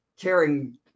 caring